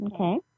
Okay